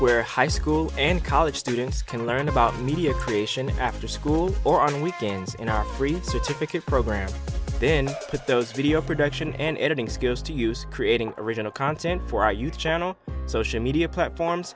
where high school and college students can learn about media creation after school or on weekends in our free to typical program then put those video production and editing skills to use creating original content for our youth channel social media platforms